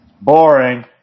Boring